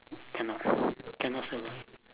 cannot cannot survive